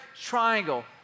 triangle